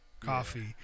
coffee